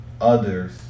others